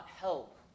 help